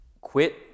quit